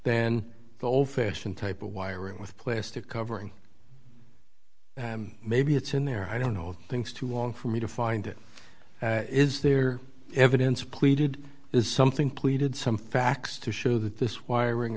then the old fashioned type of wiring with plastic covering maybe it's in there i don't know of things too long for me to find it is there evidence of pleated is something pleaded some facts to show that this wiring